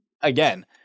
again